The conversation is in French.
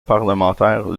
parlementaire